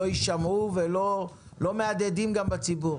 לא נשמעות וגם לא מהדהדות בציבור.